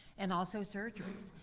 and also surgeries.